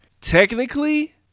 Technically